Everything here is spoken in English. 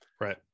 Right